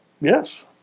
Yes